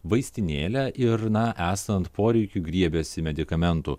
vaistinėlę ir na esant poreikiui griebiasi medikamentų